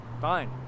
Fine